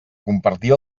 compartir